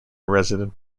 resident